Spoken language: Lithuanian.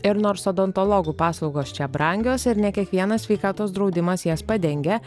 ir nors odontologų paslaugos čia brangios ir ne kiekvienas sveikatos draudimas jas padengia